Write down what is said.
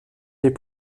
les